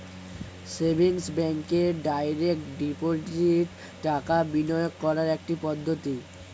savings ব্যাঙ্কে direct deposit টাকা বিনিয়োগ করার একটি পদ্ধতি